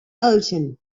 ocean